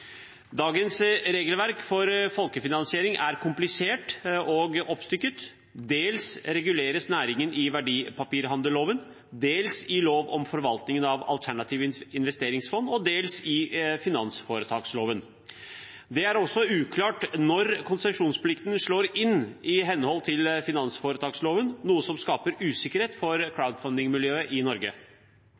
Dagens regelverk for folkefinansiering er komplisert og oppstykket. Dels reguleres næringen i verdipapirhandelloven, dels i lov om forvaltning av alternative investeringsfond og dels i finansforetaksloven. Det er også uklart når konsesjonsplikten slår inn i henhold til finansforetaksloven, noe som skaper usikkerhet for crowdfunding-miljøet i Norge.